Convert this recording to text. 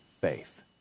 faith